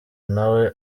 ntawe